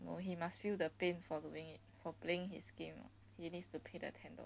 he must feel the pain for playing for playing his game he needs to pay the app